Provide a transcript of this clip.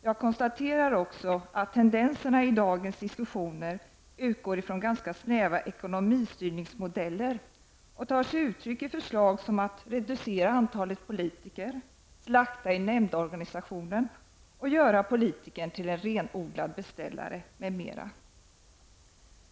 Jag konstaterar också att dagens diskussioner utgår ifrån ganska snäva ekonomistyrningsmodeller och tar sig uttryck i förslag om att man t.ex. skall reducera antalet politiker, slakta i nämndorganisationen och göra politikern till en renodlad beställare.